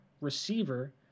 receiver